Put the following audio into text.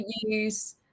use